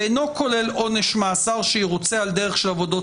ואינו כולל עונש מאסר שירוצה על דרך של עבודות